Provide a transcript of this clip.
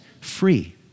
free